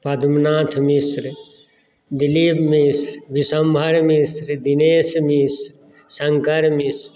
Padmanath Mishra Dilip Mishra Vishambhar Mishra Dinesh Mishra Shankar Mishra